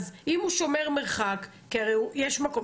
אז אם הוא שומר מרחק כי הרי יש מקום.